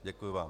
Děkuji vám.